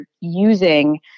using